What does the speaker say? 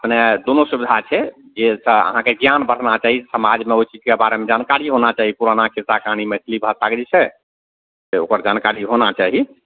अपने दुनू सुविधा छै जाहिसँ अहाँके ज्ञान बढ़ना चाही समाजमे ओइ चीजके बारेमे जानकारी होना चाही पुराना कृताकानी मैथिली भाषा जे छै से ओकर जानकारी होना चाही